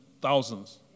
thousands